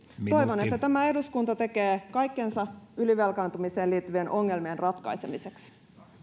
toivon että tämä eduskunta tekee kaikkensa ylivelkaantumiseen liittyvien ongelmien ratkaisemiseksi